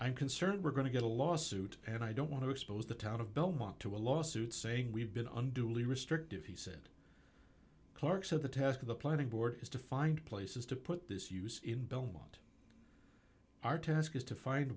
i'm concerned we're going to get a lawsuit and i don't want to expose the town of belmont to a lawsuit saying we've been under really restrictive he said clarke said the task of the planning board is to find places to put this use in belmont our task is to find